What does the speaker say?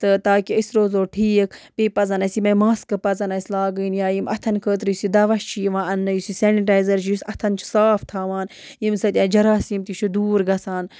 تہٕ تاکہِ أسۍ روزو ٹھیٖک بیٚیہِ پَزَن اَسہِ یِمَے ماسکہٕ پَزَن اَسہِ لاگٕنۍ یا یِم اَتھَن خٲطرٕ یُس یہِ دَوا چھُ یِوان اَننہٕ یُس یہِ سینِٹایزَر چھُ یُس اَتھَن چھُ صاف تھاوان ییٚمہِ سۭتۍ اَسہِ جَراثیٖم تہِ چھِ دوٗر گَژھان